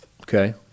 Okay